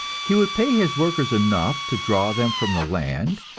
he would pay his workers enough to draw them from the land,